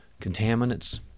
Contaminants